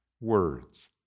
words